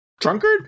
drunkard